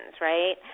right